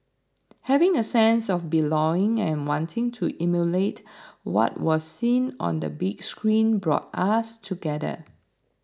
having a sense of belonging and wanting to emulate what was seen on the big screen brought us together